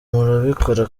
murabikora